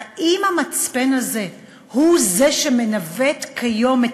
האם המצפן הזה הוא זה שמנווט כיום את